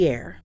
Air